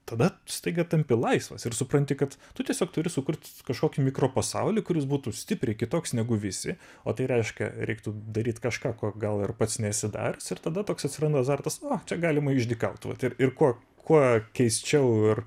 tada staiga tampi laisvas ir supranti kad tu tiesiog turi sukurt kažkokį mikropasaulį kuris būtų stipriai kitoks negu visi o tai reiškia reiktų daryt kažką ko gal ir pats nesi daręs ir tada toks atsiranda azartas čia galima išdykaut vat ir ir kuo kuo keisčiau ir